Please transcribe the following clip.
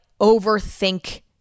overthink